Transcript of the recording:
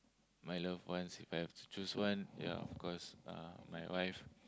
my loved ones If I have to choose one ya of course uh my wife